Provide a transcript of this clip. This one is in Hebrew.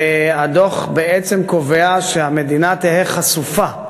והדוח בעצם קובע שהמדינה תהא חשופה.